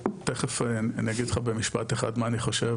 תיכף אני אגיד לך במשפט אחד מה אני חושב,